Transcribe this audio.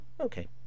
Okay